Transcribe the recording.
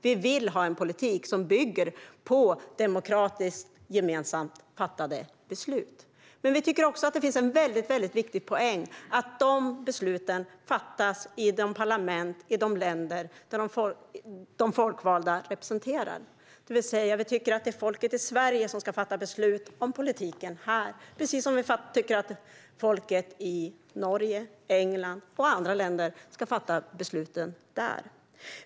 Vi vill ha en politik som bygger på demokratiskt och gemensamt fattade beslut. Men vi tycker också att det finns en väldigt viktig poäng med att de besluten fattas av de folkvalda i ländernas parlament. Vi tycker alltså att det är folket i Sverige som ska fatta beslut om politiken här, precis som vi tycker att folket i Norge, England och andra länder ska fatta besluten där.